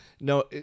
No